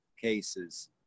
cases